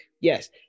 Yes